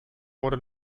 wurde